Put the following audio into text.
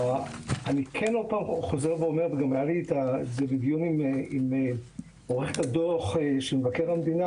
אני כן חוזר ואומר וזה גם עלה בדיון עם עורכת הדוח של מבקר המדינה